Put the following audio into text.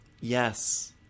Yes